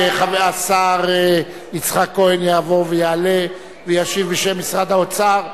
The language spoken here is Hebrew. השר יצחק כהן יבוא ויעלה וישיב בשם משרד האוצר.